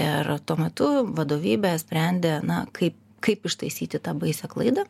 ir tuo metu vadovybė sprendė na kaip kaip ištaisyti tą baisią klaidą